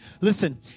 listen